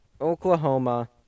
Oklahoma